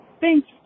Thanks